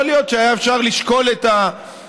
יכול להיות שהיה אפשר לשקול את ההיגיון.